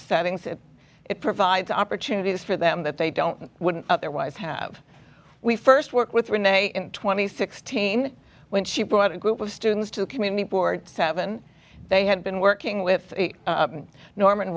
settings that it provides opportunities for them that they don't wouldn't otherwise have we first work with renee in twenty sixteen when she brought a group of students to community board seven they had been working with norman